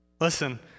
Listen